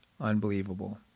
Unbelievable